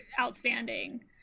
outstanding